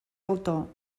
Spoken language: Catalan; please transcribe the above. autor